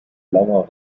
blauer